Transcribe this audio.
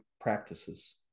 practices